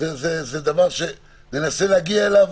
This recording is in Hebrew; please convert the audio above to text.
זה דבר שננסה להגיע אליו